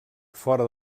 fora